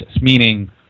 meaning